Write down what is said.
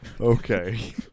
Okay